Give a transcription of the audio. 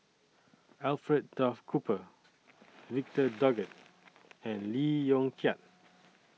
Alfred Duff Cooper Victor Doggett and Lee Yong Kiat